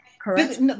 Correct